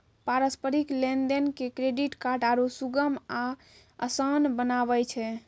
पारस्परिक लेन देन के क्रेडिट आरु सुगम आ असान बनाबै छै